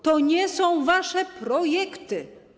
To nie są wasze projekty.